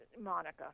Monica